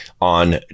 on